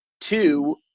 two